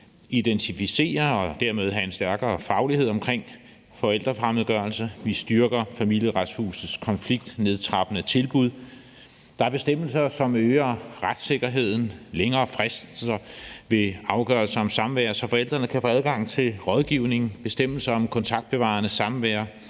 identificere og dermed have en stærkere faglighed omkring forældrefremmedgørelse, og vi styrker Familieretshusets konfliktnedtrappende tilbud. Der er bestemmelser, som øger retssikkerheden, og længere frister ved afgørelser om samvær, så forældrene kan få adgang til rådgivning. Der er bestemmelser om kontaktbevarende samvær